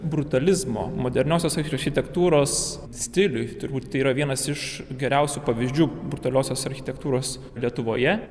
brutulizmo moderniosios architektūros stiliui turbūt yra vienas iš geriausių pavyzdžių brutaliosios architektūros lietuvoje